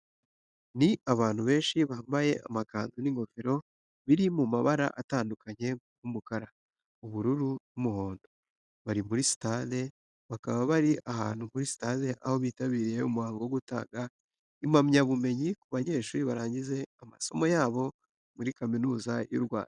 Ni abantu benshi bambaye amakanzu n'ingofero biri mu mabara atandukanye nk'umukara, ubururu n'umuhondo, bari muri sitade. Bakaba bari ahantu muri sitade aho bitabiriye umuhango wo gutanga impamyabumenyi ku banyeshuri barangije amasomo yabo muri Kaminuza y'u Rwanda.